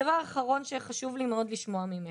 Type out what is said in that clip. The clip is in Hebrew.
הדבר האחרון שחשוב לי מאוד לשמוע ממך.